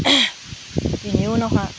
बेनि उनावहाय